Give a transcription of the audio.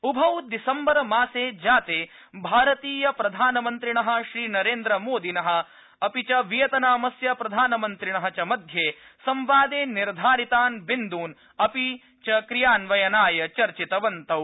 उभौ दिसम्बर मासे जाते भारतीय प्रधानमन्त्रिणः वियतनाम प्रधानमन्त्रिणः च मध्ये संवादे निर्धारितान् बिन्दन् अपि क्रियान्वयनाय चर्चितवन्तौ